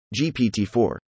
GPT-4